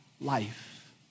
life